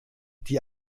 die